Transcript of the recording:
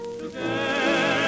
together